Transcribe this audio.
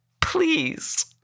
Please